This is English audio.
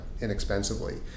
inexpensively